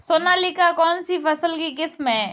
सोनालिका कौनसी फसल की किस्म है?